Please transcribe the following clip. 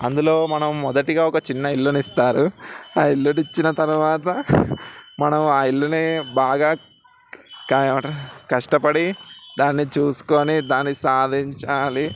అందులో మనం మొదటిగా ఒక చిన్న ఇల్లుని ఇస్తారు ఆ ఇల్లు ఇచ్చిన తరువాత మనం ఆ ఇల్లుని బాగా ఏమంటారు కష్టపడి దాన్ని చూసుకొని దాన్ని సాధించాలి